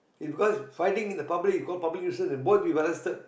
is because fighting in the public is call public nuisance and both to be arrested